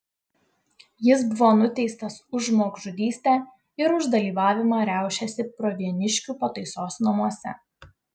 jis buvo nuteistas už žmogžudystę ir už dalyvavimą riaušėse pravieniškių pataisos namuose